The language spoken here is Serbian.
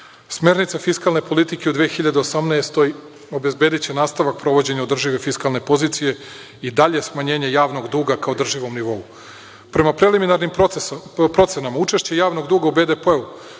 pamet. Smernica fiskalne politike u 2018. godini obezbediće nastavak sprovođenja održive fiskalne pozicije i dalje smanjenje javnog ka održivom nivou. Prema preliminarnim procenama, učešće javnog duga u BDP